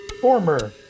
Former